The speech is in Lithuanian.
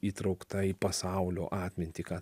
įtraukta į pasaulio atmintį ką